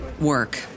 work